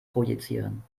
projizieren